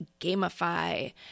gamify